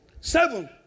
Seven